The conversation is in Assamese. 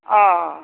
অঁ অঁ